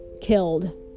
killed